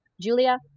Julia